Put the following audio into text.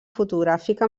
fotogràfica